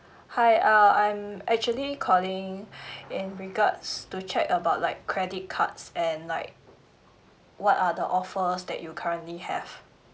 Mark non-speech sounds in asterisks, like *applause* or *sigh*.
hi uh I'm actually calling *breath* in regards to check about like credit cards and like what other offer that you currently have